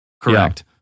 Correct